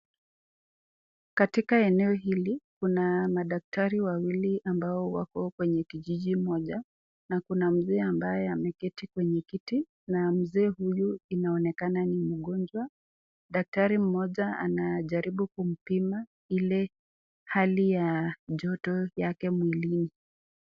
Katika eneo hili kuna madaktari wawili ambao wako kwenye kijiji moja na kuna mzee ambaye ameketi kwenye kiti na mzee huyu inaonekana ni mgonjwa, daktari mmoja anajaribu kumpima ile hali ya joto yake mwilini.